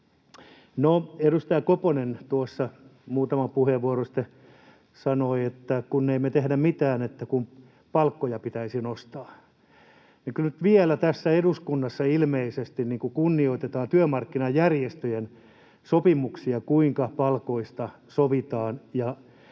edustaja Koponen tuossa muutama puheenvuoro sitten sanoi, että kun ei me tehdä mitään ja että palkkoja pitäisi nostaa — niin kyllä nyt vielä tässä eduskunnassa ilmeisesti kunnioitetaan työmarkkinajärjestöjen sopimuksia, kuinka palkoista sovitaan